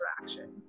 interaction